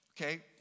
okay